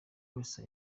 wese